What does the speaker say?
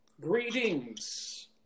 Greetings